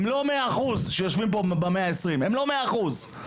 הם לא 100%. חלקם אפילו היו פושעים,